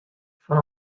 fan